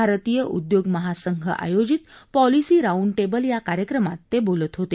भारतीय उद्योग संघ आयोजित पॉलिसी राऊंड टेबल या कार्यक्रमात ते बोलत होते